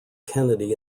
kennedy